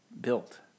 built